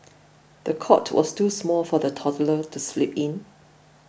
the cot was too small for the toddler to sleep in